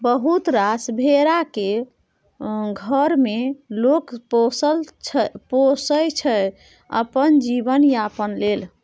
बहुत रास भेरा केँ घर मे लोक पोसय छै अपन जीबन यापन लेल